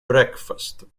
breakfast